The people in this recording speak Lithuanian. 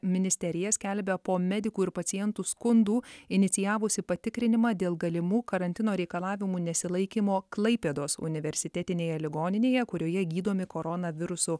ministerija skelbia po medikų ir pacientų skundų inicijavusi patikrinimą dėl galimų karantino reikalavimų nesilaikymo klaipėdos universitetinėje ligoninėje kurioje gydomi koronavirusu